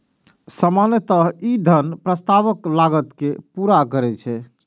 सामान्यतः ई धन प्रस्तावक लागत कें पूरा करै छै